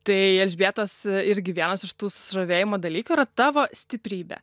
tai elžbietos irgi vienas iš tų susižavėjimo dalykų yra tavo stiprybę